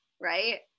right